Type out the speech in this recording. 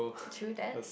true that